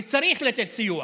וצריך לתת סיוע